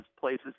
places